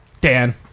dan